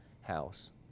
house